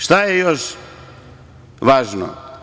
Šta je još važno?